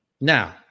Now